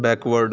backward